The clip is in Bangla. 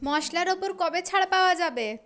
মশলার ওপর কবে ছাড় পাওয়া যাবে